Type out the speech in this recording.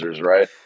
right